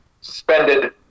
suspended